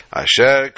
asher